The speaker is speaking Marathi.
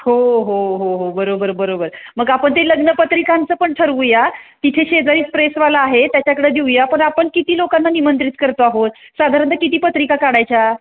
हो हो हो हो बरोबर बरोबर मग आपण ते लग्नपत्रिकांचं पण ठरवूया तिथे शेजारी प्रेसवाला आहे त्याच्याकडं देऊया पण आपण किती लोकांना निमंत्रित करतो आहोत साधारणतः किती पत्रिका काढायच्या